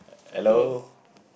hello